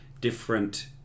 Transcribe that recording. different